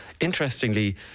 interestingly